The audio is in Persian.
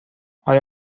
آیا